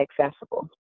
accessible